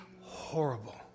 Horrible